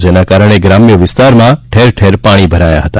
જેના કારણે ગ્રામ્ય વિસ્તારમાં ઠેર ઠેર પાણી ભરાયા હતા